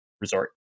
resort